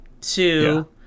two